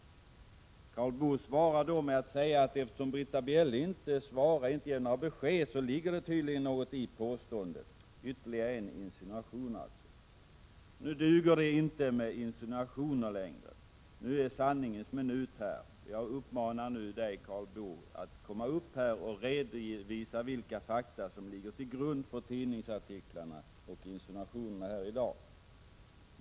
Karl Boo svarade med att säga att det tydligen låg något i detta påstående eftersom Britta Bjelle inte gav något besked — dvs. ytterligare en insinuation. Det duger inte längre att komma med insinuationer — nu är sanningens minut här. Jag uppmanar Karl Boo att gå upp och redovisa vilka fakta som ligger till grund för tidningsartiklarna och insinuationerna här i dag.